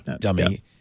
Dummy